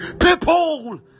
people